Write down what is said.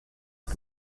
que